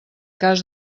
cas